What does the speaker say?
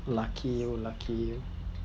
lucky you lucky you